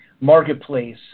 marketplace